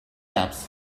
apps